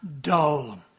dull